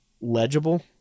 legible